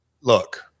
Look